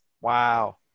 Wow